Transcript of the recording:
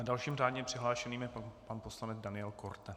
Dalším řádně přihlášeným je pan poslanec Daniel Korte.